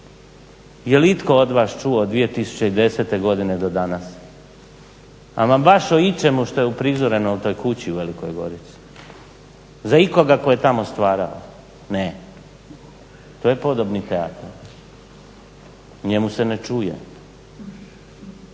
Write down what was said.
je li ito od vas čuo od 2010.godine do danas ama baš o ičemu što je uprizoreno u toj kući u Velikoj Gorici za ikoga tko je tamo stvarao, ne to je podobni teatar. O njemu se ne čuje.